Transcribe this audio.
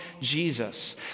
Jesus